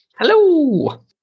Hello